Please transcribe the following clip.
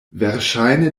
verŝajne